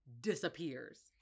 disappears